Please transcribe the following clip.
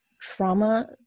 trauma